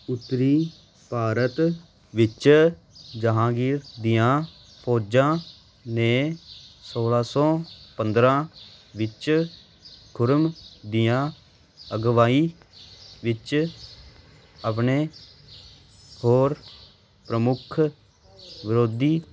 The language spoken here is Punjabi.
ਉੱਤਰੀ ਭਾਰਤ ਵਿੱਚ ਜਹਾਂਗੀਰ ਦੀਆਂ ਫੌਜਾਂ ਨੇ ਸੌਲਾਂ ਸੌ ਪੰਦਰਾਂ ਵਿੱਚ ਖੁਰਮ ਦੀਆਂ ਅਗਵਾਈ ਵਿੱਚ ਆਪਣੇ ਹੋਰ ਪ੍ਰਮੁੱਖ ਵਿਰੋਧੀ